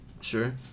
Sure